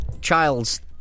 child's